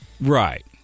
right